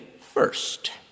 first